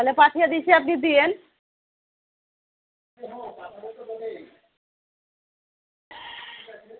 তাহলে পাঠিয়ে দিচ্ছি আপনি দিয়েন